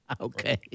Okay